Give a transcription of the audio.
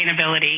sustainability